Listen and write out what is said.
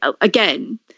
again